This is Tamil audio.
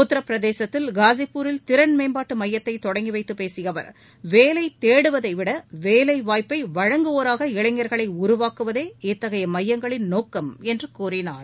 உத்தரப்பிரதேசத்தில் காஸிப்பூரில் திறன் மேம்பாட்டு மையத்தை தொடங்கி வைத்து பேசிய அவர் வேலை தேடுவதை விட வேலைவாய்ப்பை வழங்குவோராக இளைஞர்களை உருவாக்குவதே இத்தகைய மையங்களின் நோக்கம் என்று கூறினார்